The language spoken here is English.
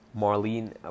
Marlene